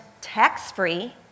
tax-free